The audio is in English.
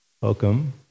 Welcome